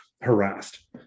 Harassed